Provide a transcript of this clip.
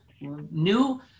new